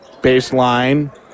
Baseline